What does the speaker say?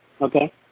Okay